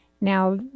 Now